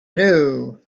knew